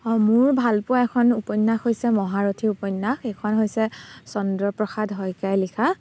মোৰ ভালপোৱা এখন উপন্যাস হৈছে মহাৰথী উপন্যাস সেইখন হৈছে চন্দ্ৰপ্ৰসাদ শইকীয়াই লিখা